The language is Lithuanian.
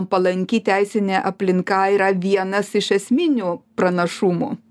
palanki teisinė aplinka yra vienas iš esminių pranašumų